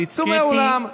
תצאו מהאולם,